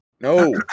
No